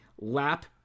lap